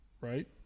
Right